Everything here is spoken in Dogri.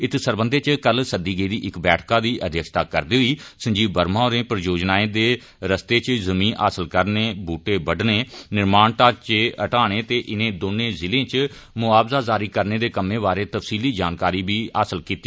इत सरबंधै च कल सद्दी गेदी इक बैठका दी अध्यक्षता करदे होई संजीव वर्मा होरें परियोजनाएं दे रस्ते च जिमीं हासल करने बूहटे बड्ढने निर्माण ढ़ांचे हटाने ते इनें दौने ज़िलें च मुआवजे जारी करने दे कम्मै बारै तफसीली जानकारी बी हासल कीती